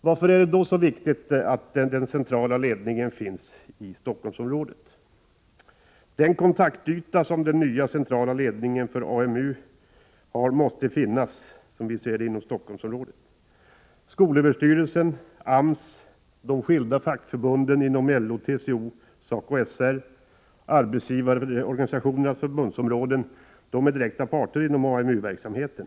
Varför är det då så viktigt att den centrala ledningen är lokaliserad till Stockholmsområdet? Den kontaktyta som den nya centrala ledningen för AMU måste ha finns i Stockholmsområdet. Skolöverstyrelsen, AMS, de skilda fackförbunden inom LO, TCO och SACO/SR samt arbetsgivarorganisationerna på de olika förbundsområdena är parter i AMU-verksamheten.